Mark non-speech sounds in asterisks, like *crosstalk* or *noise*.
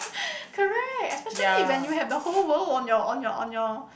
*laughs* correct especially when you have the whole world on your on your on your